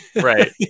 Right